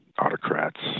autocrats